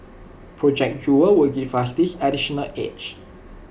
project jewel will give us this additional edge